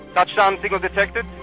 touchdown signal detected!